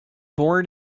born